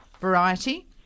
variety